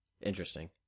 interesting